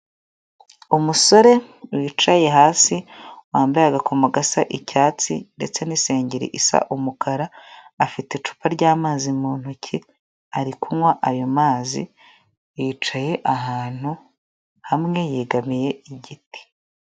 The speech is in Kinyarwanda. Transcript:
Umusore wicaye hasi wambaye agakomo gasa icyatsi ndetse n'isengeri isa umukara afite icupa ry'amazi mu ntoki ari kunywa ayo mazi, yicaye ahantu hamwe yegamiye igiti.